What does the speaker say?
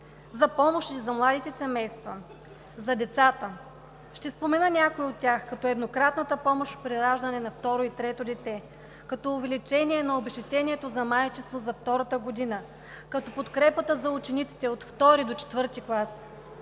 за помощи за младите семейства, за децата, ще спомена някои от тях, като еднократната помощ при раждане на второ и трето дете, като увеличение на обезщетението за майчинство за втората година, като подкрепата за учениците от втори до четвърти клас,